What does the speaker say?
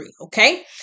okay